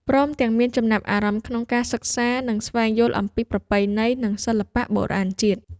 ព្រមទាំងមានចំណាប់អារម្មណ៍ក្នុងការសិក្សា និងស្វែងយល់អំពីប្រពៃណីនិងសិល្បៈបុរាណជាតិ។